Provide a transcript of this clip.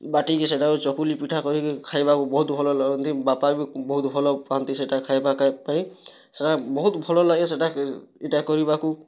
ବାଟିକି ସେଇଟାକୁ ଚକୁଲି ପିଠା କରିକି ଖାଇବାକୁ ବହୁତ ଭଲ ଲାଗନ୍ତି ବାପା ବି ବହୁତ ଭଲ ପାଆନ୍ତି ସେଇଟା ଖାଇବାକେ ପାଇଁ ସେଇଟା ବହୁତ ଭଲ ଲାଗେ ସେଇଟା ଏଇଟା କରିବାକୁ